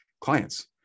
clients